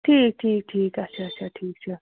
ٹھیٖک ٹھیٖک ٹھیٖک اَچھا اَچھا ٹھیٖک چھُ